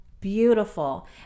beautiful